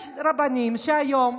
יש רבנים שהיום,